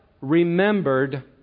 remembered